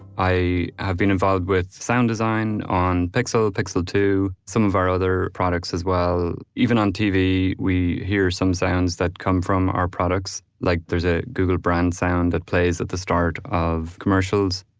i have been involved with sound design on pixel, pixel two, some of our other products as well, even on tv, we hear some sounds that come from our products like there's a google brand sound that plays at the start of commercials